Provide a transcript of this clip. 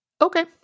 Okay